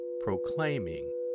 proclaiming